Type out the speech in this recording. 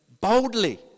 boldly